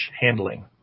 handling